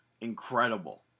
incredible